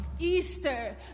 Easter